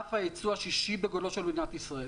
ענף הייצוא השישי בגודלו של מדינת ישראל.